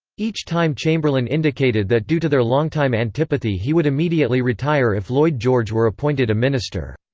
each time chamberlain indicated that due to their longtime antipathy he would immediately retire if lloyd george were appointed a minister.